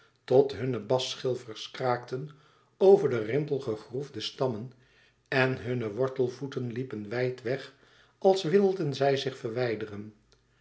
tot hunne bastschilfers kraakten over de rimpelgegroefde stammen en hunne wortelvoeten liepen wijd weg als wilden zij zich verwijderen